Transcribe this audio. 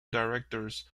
directors